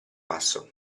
passo